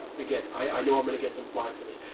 again, i know i'm going to get some flack for this,